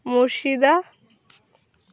মুর্শিদা